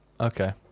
Okay